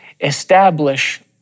establish